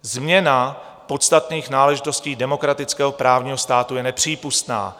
Změna podstatných náležitostí demokratického právního státu je nepřípustná.